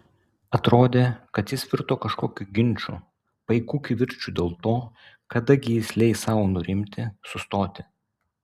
atrodė kad jis virto kažkokiu ginču paiku kivirču dėl to kada gi jis leis sau nurimti sustoti